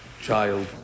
Child